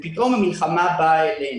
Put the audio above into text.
ופתאום המלחמה באה אלינו.